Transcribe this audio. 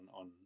on